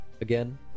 again